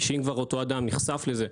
שאם אותו אדם נחשף לזה,